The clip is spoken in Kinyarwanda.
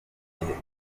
gihe